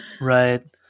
Right